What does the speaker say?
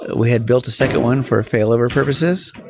we had built a second one for failover purposes,